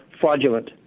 fraudulent